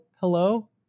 Hello